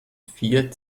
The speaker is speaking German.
vier